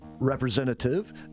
representative